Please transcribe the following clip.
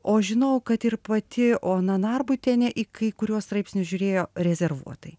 o žinojau kad ir pati ona narbutienė į kai kuriuos straipsnius žiūrėjo rezervuotai